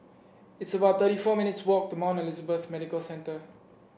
it's about thirty four minutes' walk to Mount Elizabeth Medical Centre